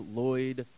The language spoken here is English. Lloyd